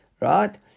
Right